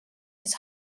his